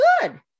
good